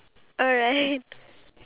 ya and then